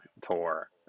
tour